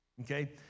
Okay